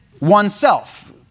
oneself